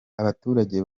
abaturage